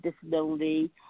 disability